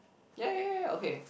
ya ya ya okay